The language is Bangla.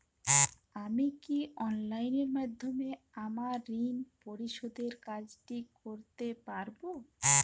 আমি কি অনলাইন মাধ্যমে আমার ঋণ পরিশোধের কাজটি করতে পারব?